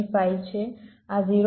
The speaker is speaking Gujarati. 25 છે આ 0